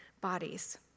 bodies